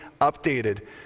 updated